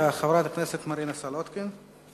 חברת הכנסת מרינה סולודקין.